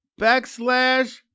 backslash